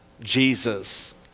Jesus